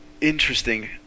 interesting